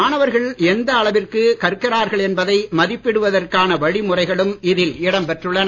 மாணவர்கள் எந்த அளவிற்கு கற்கிறார்கள் என்பதை மதிப்பிடுவதற்கான வழிமுறைகளும் இதில் இடம்பெற்றுள்ளன